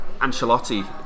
Ancelotti